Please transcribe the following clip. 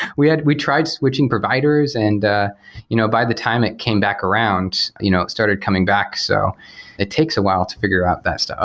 we did, we tried switching providers and ah you know by the time it came back around, you know it started coming back. so it takes a while to figure out best. ah